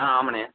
ஆ ஆமாம்ண்ணே